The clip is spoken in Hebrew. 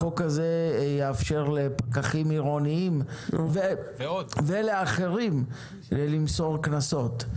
החוק הזה יאפשר לפקחים עירוניים ולאחרים להטיל קנסות.